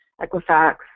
Equifax